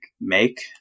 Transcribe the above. make